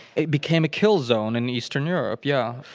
it became a kill zone in eastern europe, yeah.